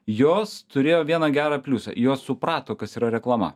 jos turėjo vieną gerą pliusą jos suprato kas yra reklama